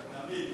תמיד.